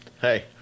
hey